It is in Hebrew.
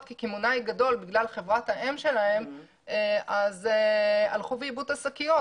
כקמעונאי גדול בגלל חברת האם שלהן עיבו את השקיות.